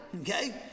okay